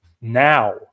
now